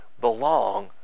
belong